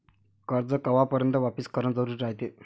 कर्ज कवापर्यंत वापिस करन जरुरी रायते?